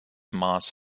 moss